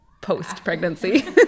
post-pregnancy